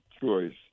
choice